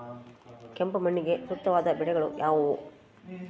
ಕೆಂಪು ಮಣ್ಣಿಗೆ ಸೂಕ್ತವಾದ ಬೆಳೆಗಳು ಯಾವುವು?